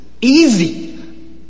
easy